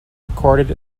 recorded